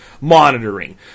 monitoring